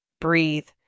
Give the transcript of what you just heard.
breathe